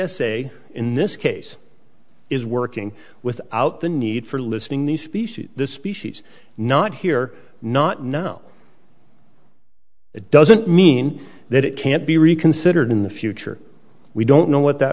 a in this case is working without the need for listening the species the species not here not now it doesn't mean that it can't be reconsidered in the future we don't know what that